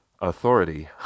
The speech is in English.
Authority